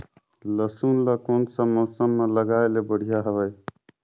लसुन ला कोन सा मौसम मां लगाय ले बढ़िया हवे?